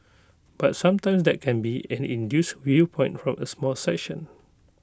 but sometimes that can be an induced viewpoint from A small section